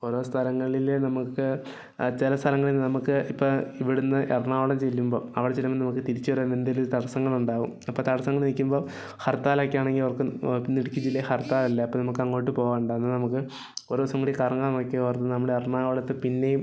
ഓരോ സ്ഥലങ്ങളില് നമുക്ക് ചില സ്ഥലങ്ങളിൽ നമുക്ക് ഇപ്പോൾ ഇവിടുന്ന് എറണാകുളം ചെല്ലുമ്പോൾ അവിടെ ചെല്ലുമ്പോൾ നമുക്ക് തിരിച്ച് വരുമ്പോൾ എന്തേലും ഒര് തടസ്സങ്ങളുണ്ടാവും അപ്പോൾ തടസ്സങ്ങള് നിൽക്കുമ്പോൾ ഹർത്താലൊക്കെ ആണെങ്കിൽ അവർക്ക് ഇന്ന് ഇടുക്കി ജില്ലയിൽ ഹർത്താലല്ലേ അപ്പോൾ നമുക്ക് അങ്ങോട്ട് പോകണ്ട എന്നാൽ നമുക്ക് ഒര് ദിവസം കൂടി കറങ്ങാൻ നോക്കിയവർ നമ്മൾ എറണാകുളത്ത് പിന്നെയും